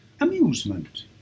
amusement